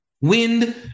Wind